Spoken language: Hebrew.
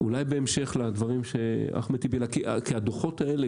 אולי בהמשך לדברים של אחמד טיבי כי הדו"חות האלה,